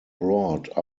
brought